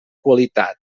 qualitat